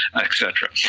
et cetera,